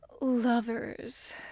lovers